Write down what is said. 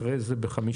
אחרי זה ב-50.